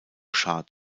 schah